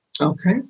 Okay